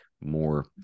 more